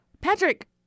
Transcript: Patrick